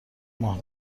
ماه